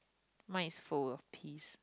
mine is full of peas